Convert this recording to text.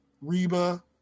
Reba